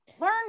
Learn